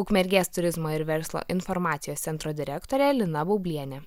ukmergės turizmo ir verslo informacijos centro direktorė lina baublienė